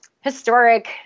historic